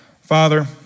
Father